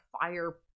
fire